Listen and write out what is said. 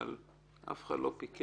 אבל אף אחד לא פיקח,